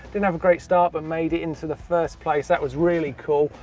didn't have a great start, but made it into the first place. that was really cool.